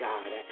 God